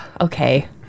Okay